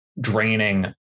draining